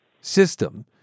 system